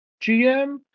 GM